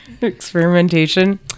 experimentation